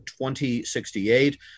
2068